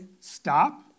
stop